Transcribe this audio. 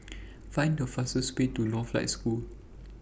Find The fastest Way to Northlight School